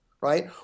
Right